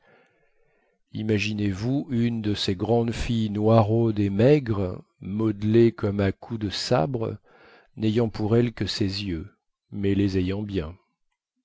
imaginez-vous une de ces grandes filles noiraudes et maigres modelée comme à coups de sabre nayant pour elle que ses yeux mais les ayant bien